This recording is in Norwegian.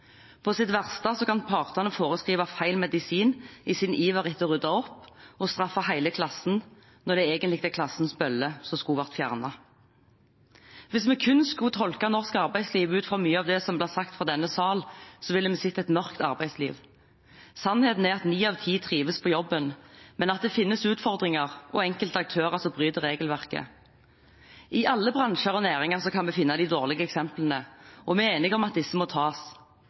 På sitt verste kan partene foreskrive feil medisin i sin iver etter å rydde opp – og straffer hele klassen, når det egentlig er klassens bølle som skulle vært fjernet. Hvis vi kun skulle tolke norsk arbeidsliv ut fra mye av det som blir sagt i denne sal, ville vi sett et mørkt arbeidsliv. Sannheten er at ni av ti trives på jobben, men at det også finnes utfordringer og enkelte aktører som bryter regelverket. I alle bransjer og næringer kan vi finne de dårlige eksemplene, og vi er enige om at disse må tas.